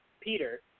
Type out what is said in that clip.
Peter